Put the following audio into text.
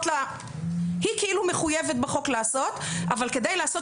היא כאילו מחויבת בחוק לעשות אבל כדי לעשות